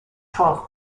twelve